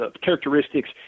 characteristics